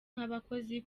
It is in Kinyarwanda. nk’abakozi